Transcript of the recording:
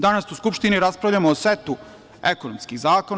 Danas u Skupštini raspravljamo o setu ekonomskih zakona.